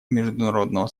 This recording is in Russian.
международного